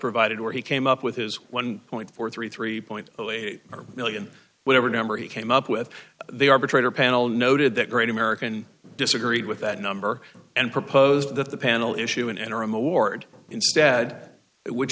provided or he came up with his one point four three three point zero eight million whatever number he came up with the arbitrator panel noted that great american disagreed with that number and proposed that the panel issue an interim award instead which